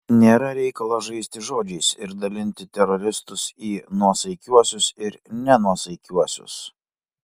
nėra reikalo žaisti žodžiais ir dalinti teroristus į nuosaikiuosius ir nenuosaikiuosius